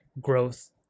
Growth